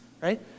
right